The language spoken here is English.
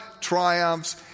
triumphs